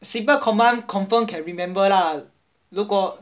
simple command confirm can remember lah 如果